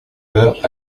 heures